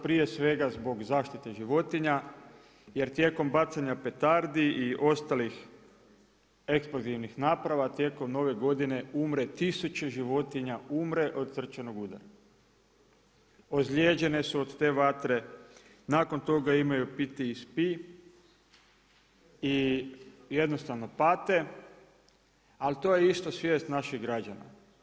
Prije svega zbog zaštite životinja jer tijekom bacanja petardi i ostalih eksplozivnih naprava, tijekom nove godine umre tisuće životinja umre od srčanog udara, ozlijeđene su od te vatre, nakon toga imaju PTSP i jednostavno pate ali to je isto svijest naših građana.